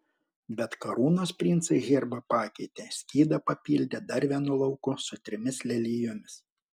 bet karūnos princai herbą pakeitė skydą papildė dar vienu lauku su trimis lelijomis